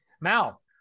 Mal